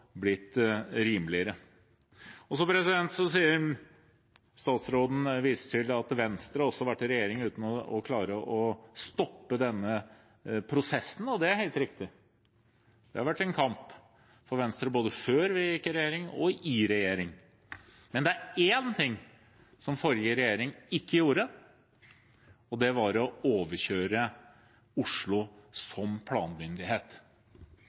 blitt rimeligere. Så viser statsråden til at Venstre også har vært i regjering uten å klare å stoppe denne prosessen. Det er helt riktig. Det har vært en kamp for Venstre, både før vi gikk i regjering og i regjering. Men det er én ting forrige regjering ikke gjorde, og det er å overkjøre Oslo som planmyndighet.